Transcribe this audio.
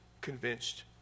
convinced